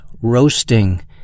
roasting